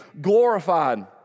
glorified